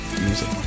music